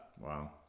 Wow